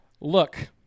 Look